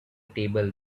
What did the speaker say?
table